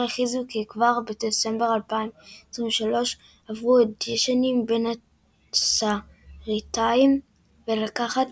הכריזו כי כבר בדצמבר 2023 עברו אודישנים בין תסריטאים ולקחת